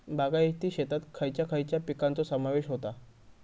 बागायती शेतात खयच्या खयच्या पिकांचो समावेश होता?